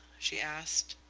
she asked.